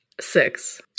Six